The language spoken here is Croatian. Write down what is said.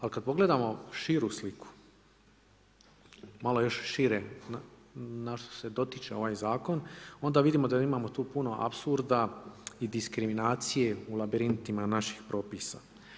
Ali, kad pogledamo širu sliku, malo još šire na što se dotiče ovaj zakon, onda vidimo da imamo tu puno apsurda i diskriminacije u labirintima naših propisa.